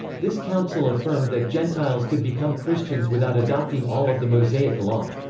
this council affirmed that gentiles could become christians without adopting all of the mosaic law.